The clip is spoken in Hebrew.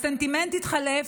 הסנטימנט התחלף,